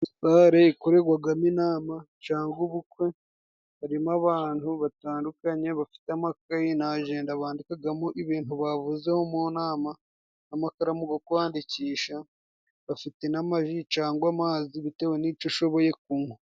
Sale ikoregwagamo inama cangwa ubukwe, harimo abantu batandukanye bafite amakayi n'ajenda bandikagamo ibintu bavuzeho mu nama n'amakaramu go kwandikisha ,bafite n'amaji cangwa amazi bitewe n'ico ushoboye kunywa.